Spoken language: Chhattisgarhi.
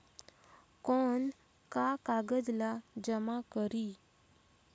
कौन का कागज ला जमा करी?